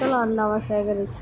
பித்தளை அண்டாவை சேகரிச்சால்